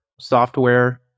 software